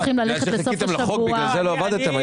חיכיתם לחוק ולכן לא עבדתם?